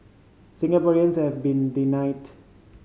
Singaporeans have been denied